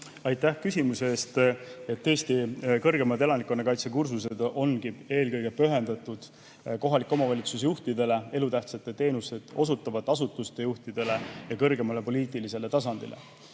Aitäh küsimuse eest! Tõesti, kõrgemad elanikkonnakaitsekursused ongi eelkõige pühendatud kohalike omavalitsuste juhtidele, elutähtsaid teenuseid osutavate asutuste juhtidele ja kõrgemale poliitilisele tasandile.